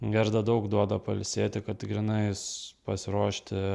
gerda daug duoda pailsėti kad grynais pasiruošti